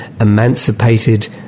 emancipated